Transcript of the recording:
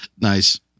Nice